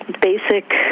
basic